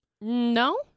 No